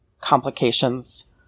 complications